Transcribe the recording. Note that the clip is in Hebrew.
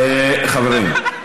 חברים,